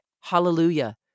Hallelujah